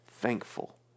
thankful